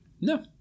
No